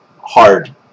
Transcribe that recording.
hard